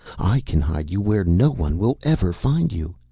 i can hide you where no one will ever find you.